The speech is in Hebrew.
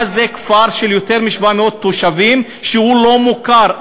מה זה כפר של יותר מ-700 תושבים שהוא לא מוכר?